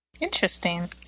Interesting